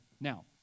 Now